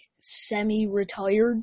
semi-retired